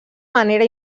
manera